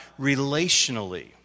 relationally